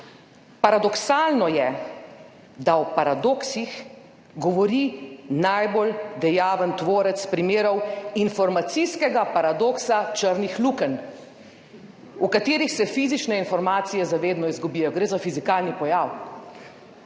paradoksalno je, da o paradoksih govori najbolj dejaven tvorec primerov informacijskega paradoksa, črnih lukenj, v katerih se fizične informacije za vedno izgubijo – gre za fizikalni pojav